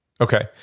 Okay